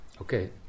Okay